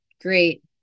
great